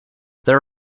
there